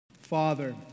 Father